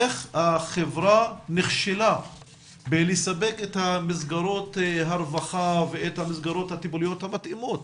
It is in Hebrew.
איך החברה נכשלה בסיפוק מסגרות הרווחה ומסגרות הטיפוליות המתאימות?